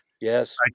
yes